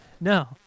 no